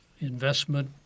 Investment